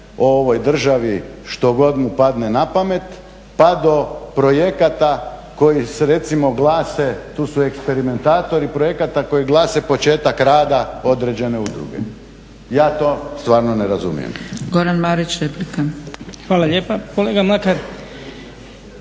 o ovoj državi što god mu padne na pamet pa do projekata koji recimo glase, tu su eksperimentatori projekata koji glase početak rada određene udruge. Ja to stvarno ne razumijem.